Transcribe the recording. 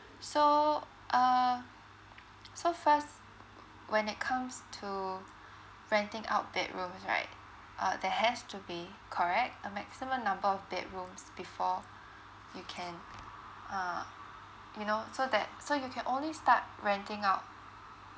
so uh so first when it comes to renting out bedrooms right uh there has to be correct a maximum number of bedrooms before you can uh you know so that so you can only start renting out